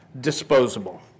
disposable